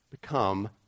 Become